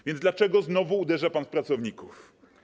A więc dlaczego znowu uderza pan w pracowników?